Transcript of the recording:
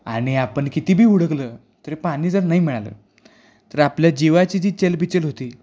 आणि आपण कितीबी हुडकलं तरी पाणी जर नाही मिळालं तर आपल्या जीवाची जी चलबिचल होती